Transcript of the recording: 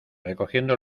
recogiendo